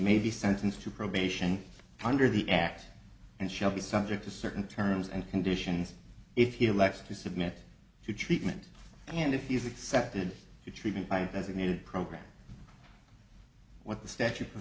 may be sentenced to probation under the act and shall be subject to certain terms and conditions if he elects to submit to treatment and if he's accepted treatment by designated program what the statute pro